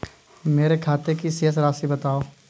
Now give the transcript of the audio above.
मेरे खाते की शेष राशि बताओ?